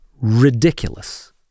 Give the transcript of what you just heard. ridiculous